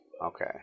Okay